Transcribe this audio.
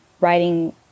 writing